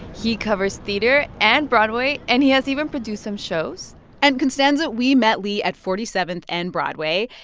he covers theater and broadway, and he has even produced some shows and constanza, we met lee at forty seventh and broadway.